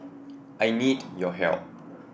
I need your help